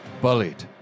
Bullied